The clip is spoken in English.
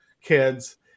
kids